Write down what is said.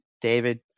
David